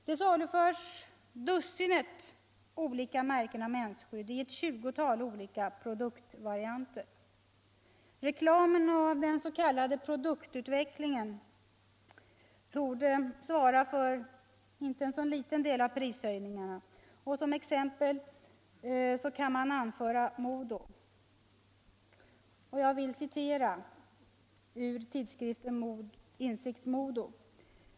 Det saluförs dussinet olika märken av mensskydd i ett tjugotal olika produktvarianter. Reklamen och den s.k. produktutvecklingen torde svara för en inte så liten del av prishöjningarna. Som exempel kan man anföra Modo. Jag vill referera ur tidskriften Insikt Modo.